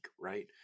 Right